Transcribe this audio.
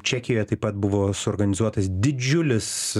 čekijoje taip pat buvo suorganizuotas didžiulis